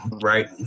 right